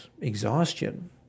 exhaustion